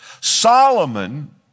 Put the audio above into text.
Solomon